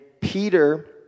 Peter